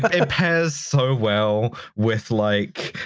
but it pairs so well with, like.